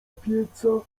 pieca